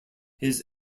his